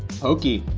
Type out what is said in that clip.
pokey,